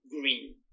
green